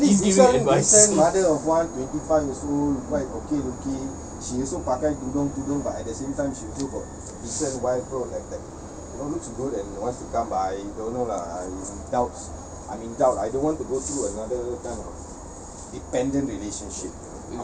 at least this one different mother of one twenty five also quite okay looking she also பாக்க:paaka but at the same time she also got different like like you know looks good and wants to come I don't know lah I doubts I'm in doubt I don't want to go through another kind of dependent relationship